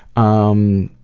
um,